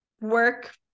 work